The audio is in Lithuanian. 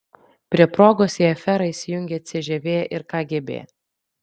prie progos į aferą įsijungia cžv ir kgb